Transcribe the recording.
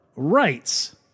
Rights